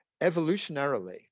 evolutionarily